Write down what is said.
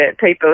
people